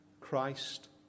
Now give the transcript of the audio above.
Christ